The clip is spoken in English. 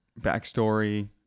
backstory